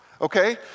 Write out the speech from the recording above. okay